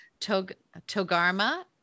Togarma